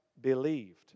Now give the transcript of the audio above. believed